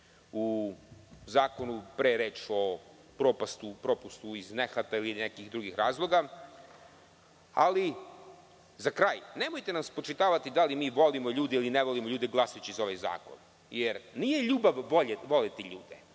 u zakonu, pre je reč o propustu iz nehata ili nekih drugih razloga. Ali, nemojte nam spočitavati da li mi volimo ili ne volimo ljude glasajući za ovaj zakon. Jer, nije ljubav voleti ljude,